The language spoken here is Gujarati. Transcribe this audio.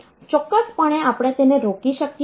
ચોક્કસપણે આપણે તેને રોકી શકીએ છીએ